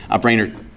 Brainerd